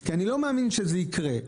כי אני לא מאמין שזה יקרה.